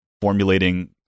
formulating